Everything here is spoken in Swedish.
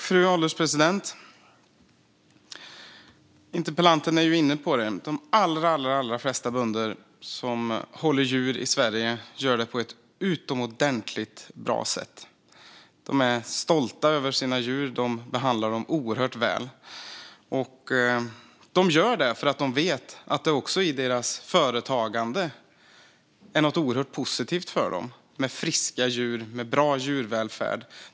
Fru ålderspresident! Interpellanten är inne på att de allra flesta bönder som håller djur i Sverige gör det på ett utomordentligt bra sätt. De är stolta över sina djur, och de behandlar dem oerhört väl. De gör det för att de vet att det också i deras företagande är något oerhört positivt med friska djur och med bra djurvälfärd.